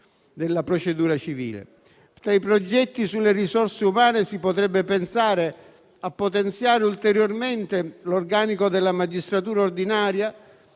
Tra i progetti sulle risorse umane si potrebbe pensare a potenziare ulteriormente l'organico della magistratura ordinaria,